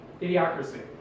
Idiocracy